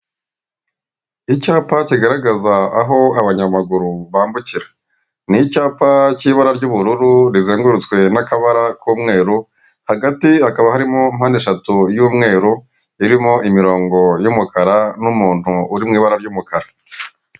Icyapa kigaragaza aho abanyamaguru bambukira, ni icyapa k'ibara ry'ubururu rizengurutswe n'akabara k'umweru, hagati hakaba harimo mpande eshatu y'umweru irimo imirongo y'umukara n'umuntu uri mu ibara ry'umukara.